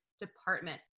Department